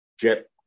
jet